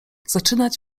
zaczynać